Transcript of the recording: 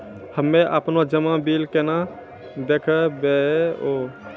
हम्मे आपनौ जमा बिल केना देखबैओ?